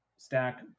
stack